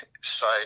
side